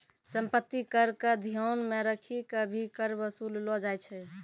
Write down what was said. सम्पत्ति कर क ध्यान मे रखी क भी कर वसूललो जाय छै